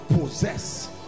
possess